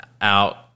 out